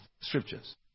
scriptures